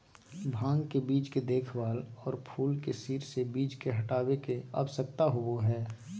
भांग के बीज के देखभाल, और फूल के सिर से बीज के हटाबे के, आवश्यकता होबो हइ